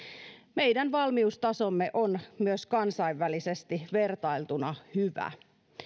meidän valmiustasomme on myös kansainvälisesti vertailtuna hyvä